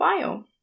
bio